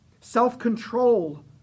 Self-control